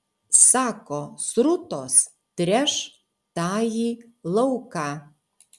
sako srutos tręš tąjį lauką